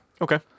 Okay